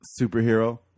superhero